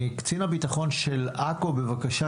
קצין הביטחון של עכו, בבקשה.